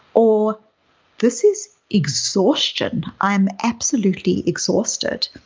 or this is exhaustion. i'm absolutely exhausted.